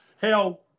hell